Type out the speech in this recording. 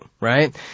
right